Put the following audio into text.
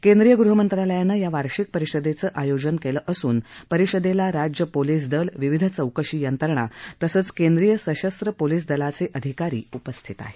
केंद्रीय गृहमंत्रालयानं या वार्षिक परिषदेचं आयोजन केलं असून परिषदेला राज्यपोलिस दल विविध चौकशी यंत्रणा तसंच केंद्रीय सशस्त्र पोलिस दलाचे अधिकारी उपस्थित आहेत